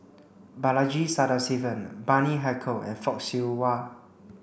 Balaji Sadasivan Bani Haykal and Fock Siew Wah